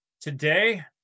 Today